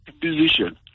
position